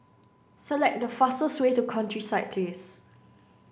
select the fastest way to countryside case